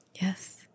Yes